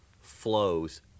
flows